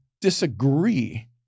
disagree